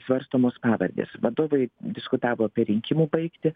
svarstomos pavardės vadovai diskutavo apie rinkimų baigtį